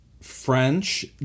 French